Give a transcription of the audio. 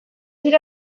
dira